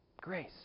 Grace